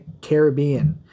Caribbean